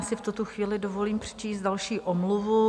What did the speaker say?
V tuto chvíli si dovolím přečíst další omluvu.